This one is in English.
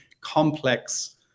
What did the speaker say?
complex